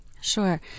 Sure